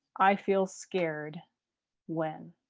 i feel scared when.